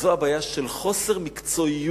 וזו הבעיה של חוסר מקצועיות